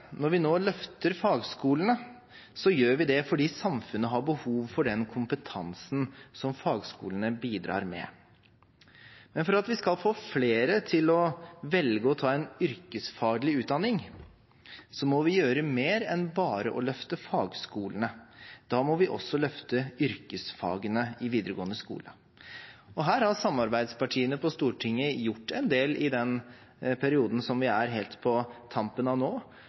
når vi nå løfter fagskolene, gjør vi det fordi samfunnet har behov for den kompetansen som fagskolene bidrar med. Men for at vi skal få flere til å velge å ta en yrkesfaglig utdanning, må vi gjøre mer enn bare å løfte fagskolene. Da må vi også løfte yrkesfagene i videregående skole, og her har samarbeidspartiene på Stortinget gjort en del i perioden vi er helt på tampen av nå,